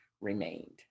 remained